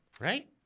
Right